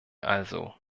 also